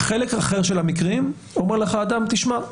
בחלק אחר של המקרים אומר לך אדם: תשמע,